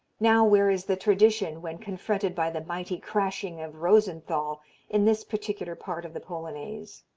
now where is the tradition when confronted by the mighty crashing of rosenthal in this particular part of the polonaise?